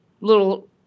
little